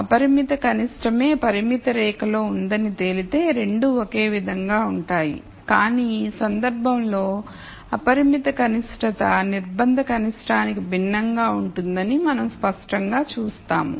అపరిమిత కనిష్టమే పరిమితి రేఖలో ఉందని తేలితే రెండూ ఒకే విధంగా ఉంటాయి కాని ఈ సందర్భంలో అపరిమిత కనిష్టత నిర్బంధ కనిష్టానికి భిన్నంగా ఉంటుందని మనం స్పష్టంగా చూస్తాము